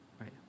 right